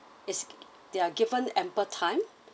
is they're given ample time